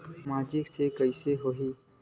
सामाजिक से कइसे होही?